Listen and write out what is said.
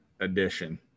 edition